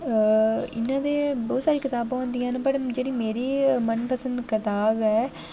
अ इ'यां ते बहोत सारियां कताबां होंदियां न पर जेह्ड़ी मेरी मनपसंद कताब ऐ